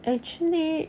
actually